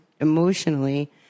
emotionally